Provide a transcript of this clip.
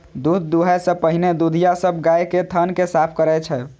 दूध दुहै सं पहिने दुधिया सब गाय के थन कें साफ करै छै